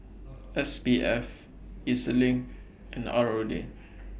S B F E Z LINK and R O D